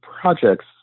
projects